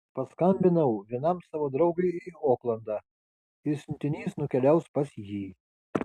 paskambinau vienam savo draugui į oklandą ir siuntinys nukeliaus pas jį